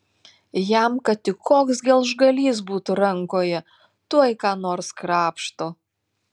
jam kad tik koks gelžgalys būtų rankoje tuoj ką nors krapšto